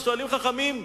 ושואלים חכמים: